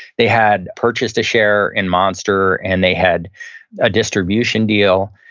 they had purchased a share in monster and they had a distribution deal.